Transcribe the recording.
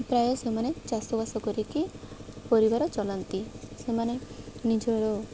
ପ୍ରାୟ ସେମାନେ ଚାଷବାସ କରିକି ପରିବାର ଚଳାନ୍ତି ସେମାନେ ନିଜର